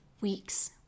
Weeks